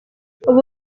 ubu